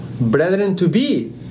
brethren-to-be